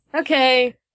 okay